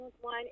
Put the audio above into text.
one